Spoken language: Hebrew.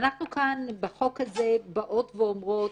ואנחנו כאן בחוק הזה באות ואומרות